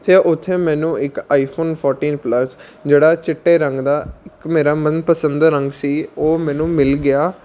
ਅਤੇ ਉੱਥੇ ਮੈਨੂੰ ਇੱਕ ਆਈਫੋਨ ਫੋਰਟੀਨ ਪਲੱਸ ਜਿਹੜਾ ਚਿੱਟੇ ਰੰਗ ਦਾ ਇੱਕ ਮੇਰਾ ਮਨਪਸੰਦ ਦਾ ਰੰਗ ਸੀ ਉਹ ਮੈਨੂੰ ਮਿਲ ਗਿਆ